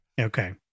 Okay